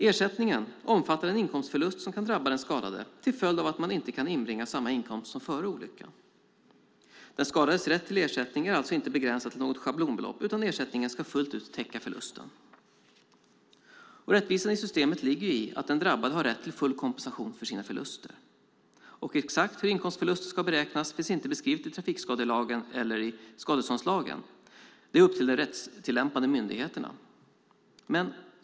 Ersättningen omfattar den inkomstförlust som kan drabba den skadade till följd av att man inte kan inbringa samma inkomst som före olyckan. Den skadades rätt till ersättning är alltså inte begränsad till något schablonbelopp, utan ersättningen ska fullt ut täcka förlusten. Rättvisan i systemet ligger i att den drabbade har rätt till full kompensation för sina förluster. Exakt hur inkomstförlusten ska beräknas finns inte beskrivet i trafikskadelagen eller i skadeståndslagen, utan det är upp till de rättstillämpande myndigheterna.